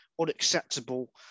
unacceptable